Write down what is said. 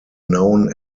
known